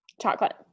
chocolate